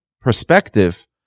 perspective